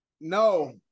No